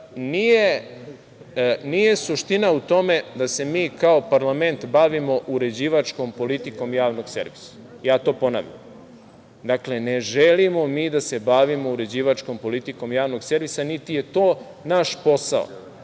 suština u tome da se mi kao parlament bavimo uređivačkom politikom javnog servisa. Ja to ponavljam. Dakle, ne želimo mi da se bavimo uređivačkom politikom javnog servisa, niti je to naš posao.